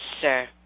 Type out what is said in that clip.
Sir